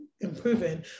improving